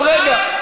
אבל רגע,